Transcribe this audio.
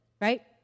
right